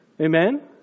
Amen